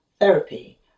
therapy